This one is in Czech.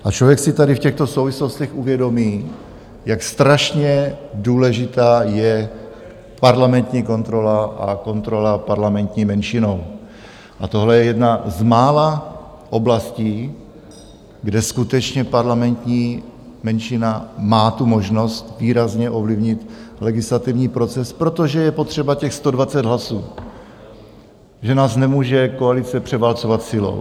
A člověk si tady v těchto souvislostech uvědomí, jak strašně důležitá je parlamentní kontrola a kontrola parlamentní menšinou, a tohle je jedna z mála oblastí, kde skutečně parlamentní menšina má možnost výrazně ovlivnit legislativní proces, protože je potřeba 120 hlasů, že nás nemůže koalice převálcovat silou.